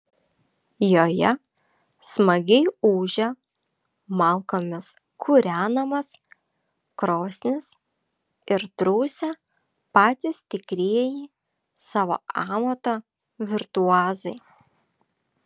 joje smagiai ūžia malkomis kūrenamos krosnys ir triūsia patys tikrieji savo amato virtuozai